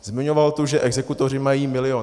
Zmiňoval tu, že exekutoři mají milion.